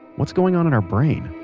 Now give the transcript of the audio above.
what's going on in our brain?